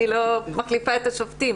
אני לא מחליפה את השופטים,